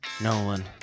Nolan